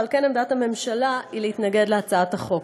ועל כן עמדת הממשלה היא להתנגד להצעת החוק.